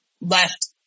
left